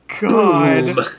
God